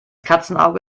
katzenauge